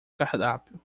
cardápio